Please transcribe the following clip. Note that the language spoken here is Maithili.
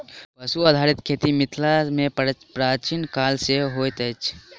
पशु आधारित खेती मिथिला मे प्राचीन काल सॅ होइत अछि